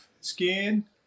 skin